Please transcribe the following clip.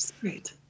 great